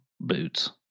boots